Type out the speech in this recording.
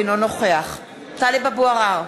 אינו נוכח טלב אבו עראר,